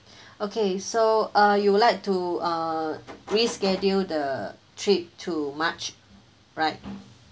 okay so uh you would like to uh reschedule the trip to march right